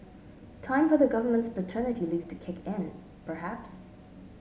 time for the government's paternity leave to kick in perhaps